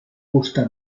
gusta